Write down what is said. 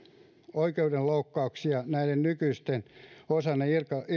oikeudenloukkauksia näiden nykyisin osana